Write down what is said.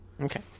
Okay